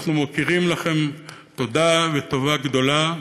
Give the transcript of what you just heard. אנחנו מוקירים לכם תודה וטובה גדולה,